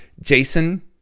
Jason